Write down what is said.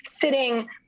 sitting